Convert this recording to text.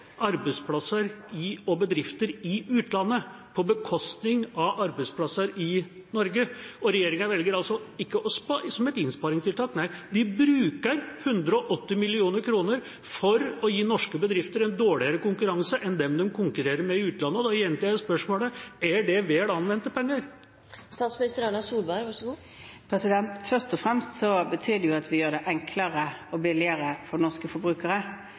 og bedrifter i utlandet på bekostning av arbeidsplasser i Norge, og ikke som et innsparingstiltak – nei, de bruker 180 mill. kr for å gi norske bedrifter dårligere konkurranse enn dem de konkurrerer med i utlandet. Da gjentar jeg spørsmålet: Er det vel anvendte penger? Først og fremst betyr det at vi gjør det enklere og billigere for norske forbrukere.